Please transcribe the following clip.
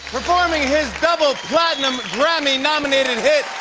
performing his double-platinum, grammy-nominated hit,